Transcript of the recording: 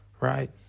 right